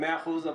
מאה אחוז,